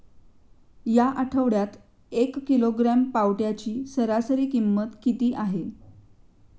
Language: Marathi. या आठवड्यात एक किलोग्रॅम पावट्याची सरासरी किंमत किती आहे?